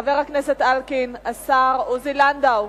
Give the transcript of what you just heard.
חבר הכנסת אלקין, השר עוזי לנדאו,